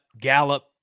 gallop